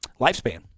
lifespan